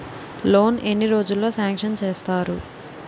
Loan ఎన్ని రోజుల్లో sanction చేస్తారు?